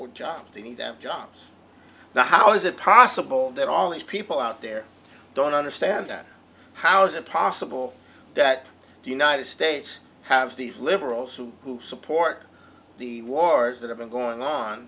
we're job to need them jobs now how is it possible that all these people out there don't understand that how is it possible that the united states have these liberals who support the wars that have been going on